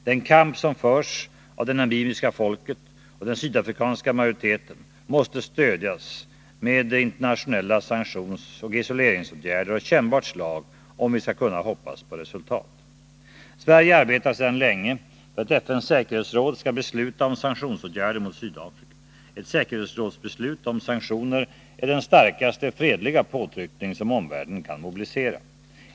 Den kamp som förs av det namibiska folket och den sydafrikanska majoriteten måste stödjas med internationella sanktionsoch isoleringsåtgärder av kännbart slag, om vi skall kunna hoppas på resultat. Sverige arbetar sedan länge för att FN:s säkerhetsråd skall besluta om sanktionsåtgärder mot Sydafrika. Ett säkerhetsrådsbeslut om sanktioner är den starkaste fredliga påtryckning som omvärlden kan mobilisera.